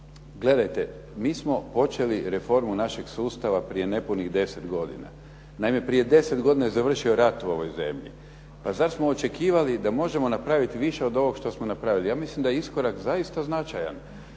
Gledajte, mi smo počeli reformu našeg sustava prije nepunih 10 godina. Naime, prije 10 godina je završio rat u ovoj zemlji. Pa zar smo očekivali da možemo napraviti više od ovoga što smo napravili. Ja mislim da je iskorak zaista značajan